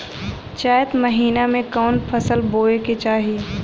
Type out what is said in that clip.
चैत महीना में कवन फशल बोए के चाही?